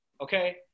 okay